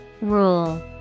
Rule